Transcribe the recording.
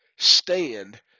Stand